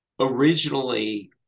originally